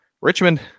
Richmond